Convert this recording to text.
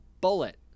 bullet